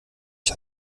ich